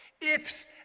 ifs